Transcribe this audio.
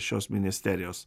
šios ministerijos